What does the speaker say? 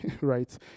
right